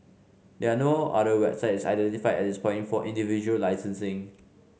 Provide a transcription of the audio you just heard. there are no other websites identified at this point for individual licensing